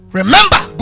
remember